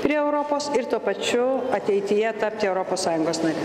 prie europos ir tuo pačiu ateityje tapti europos sąjungos nare